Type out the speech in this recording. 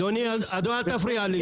אדוני, אל תפריע לי.